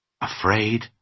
Afraid